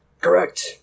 correct